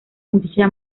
muchacha